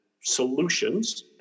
solutions